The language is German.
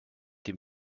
dem